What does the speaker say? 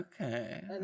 Okay